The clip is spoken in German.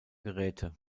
geräte